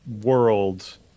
world